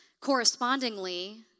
Correspondingly